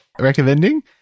recommending